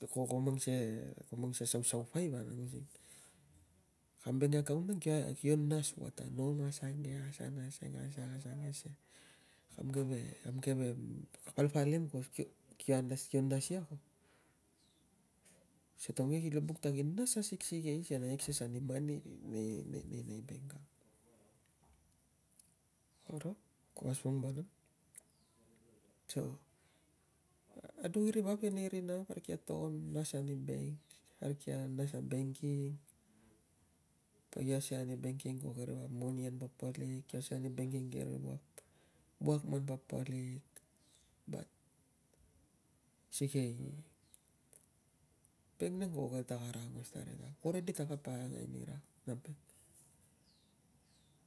Ko, ko mang sikei, ko mang sikei a sae. saae pai vanang, using kam bank account nang ki kio nas wa ta longlong asuang ke na sa na sa na asang ke, kam keve, kam keve palpalim ko kio under kio nas lam, si taun ke kio buk ta kinas asiksi kei sik kana acces ani mani nei nei nei bang. Koro ko assung vanang so a duk iri vap nei rina parik kia to ngon nas aru bank parik kia nas a banking kivo asek are banking ko ke rivap monian papalik kivo asek ari ker, vap wok man papalik but sikei bank nang ko, ke ta kara aungos, rivap, ko redi ta pangangai ne ra na bank